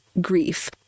grief